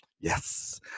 yes